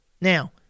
Now